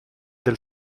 del